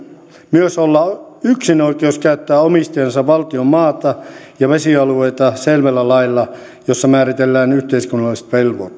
myös olla yksinoikeus käyttää omistajansa valtion maata ja vesialueita selvällä lailla jossa määritellään yhteiskunnalliset velvoitteet